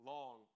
Long